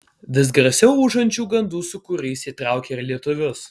vis garsiau ūžiančių gandų sūkurys įtraukė ir lietuvius